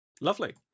Lovely